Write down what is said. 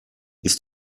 ist